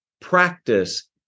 practice